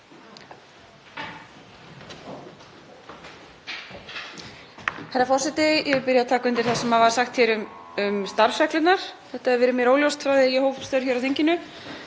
Herra forseti. Ég vil byrja á að taka undir það sem var sagt hér um starfsreglurnar. Þetta hefur verið mér óljóst frá því að ég hóf störf hér á þinginu.